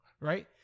Right